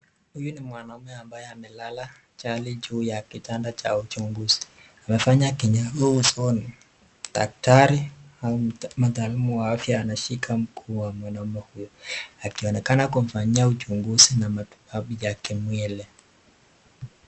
Huyu ni mwanaume ambaye amelala chali ju ya kitanda cha uchunguzi. Amefanya kinyago usoni . Daktari au mataalamu wa afya anashika mguu wa mwanaume huyu akionekana kumfanyia uchunguzi na matibabu ya kimwili.